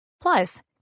Plus